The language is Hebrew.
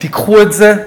תיקחו את זה.